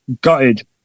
Gutted